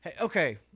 Okay